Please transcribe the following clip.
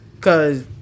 Cause